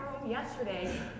yesterday